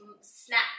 snap